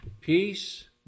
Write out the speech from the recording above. Peace